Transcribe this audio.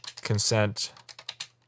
Consent